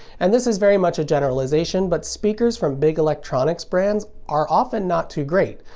and this is very much a generalization, but speakers from big electronics brands are often not too great.